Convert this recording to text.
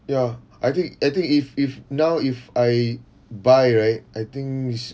ya I think I think if if now if I buy right I think is